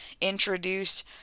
introduce